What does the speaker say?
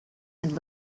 and